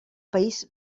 país